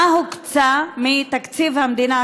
מה הוקצה מתקציב המדינה,